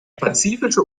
pazifische